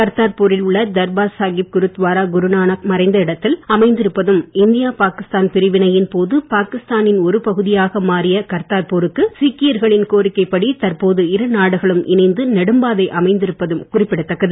கர்த்தார்பூரில் உள்ள தர்பார் சாகிப் குருத்வாரா குருநானக் மறைந்த இடத்தில் அமைந்திருப்பதும் இந்திய பாகிஸ்தான் பிரிவினையின் போது பாகிஸ்தானின் ஒரு பகுதியாக மாறிய கர்த்தார்பூருக்கு சீக்கியர்களின் கோரிக்கைப்படி தற்போது இருநாடுகளும் இணைந்து நெடும்பாதை அமைத்திருப்பதும் குறிப்பிடதக்கது